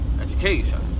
Education